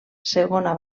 segona